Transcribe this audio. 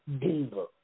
diva